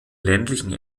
ländlichen